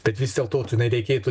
bet vis dėlto na reikėtų